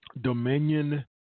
Dominion